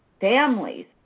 families